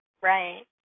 Right